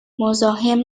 مزاحم